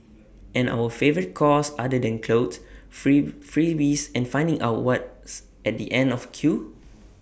and our favourite cause other than clothes free freebies and finding out what's at the end of A queue